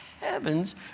heavens